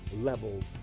levels